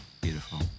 Beautiful